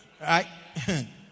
Right